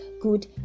good